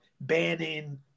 banning